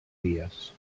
dies